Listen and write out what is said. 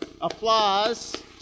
Applause